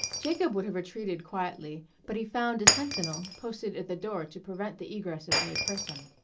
jacob would have retreated quietly, but he found a sentinel posted at the door to prevent the egress of any person.